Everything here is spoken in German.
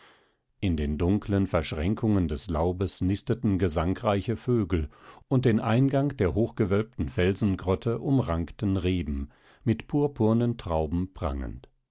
in den dunkeln verschränkungen des laubes nisteten gesangreiche vögel und den eingang der hochgewölbten felsengrotte umrankten reben mit purpurnen trauben prangend